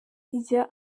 ijya